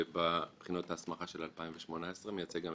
ובבחינות ההסמכה של 2018 אני מייצג גם